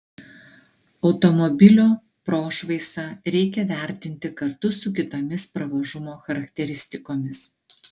automobilio prošvaisą reikia vertinti kartu su kitomis pravažumo charakteristikomis